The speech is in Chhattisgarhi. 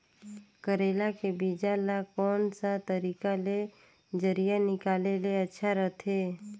करेला के बीजा ला कोन सा तरीका ले जरिया निकाले ले अच्छा रथे?